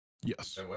Yes